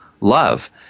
love